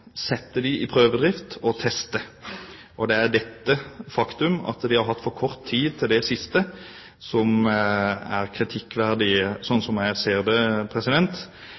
sette dem i prøvedrift og teste. Og det er dette faktum, at de har hatt for kort tid til det siste, som er kritikkverdig, slik jeg ser det.